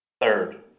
Third